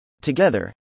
Together